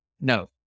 no